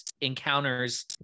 encounters